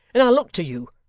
and i look to you.